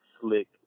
slick